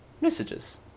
messages